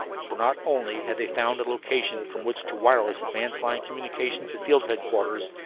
for not only had they found a location from which to wireless advance-line communications to field headquarters,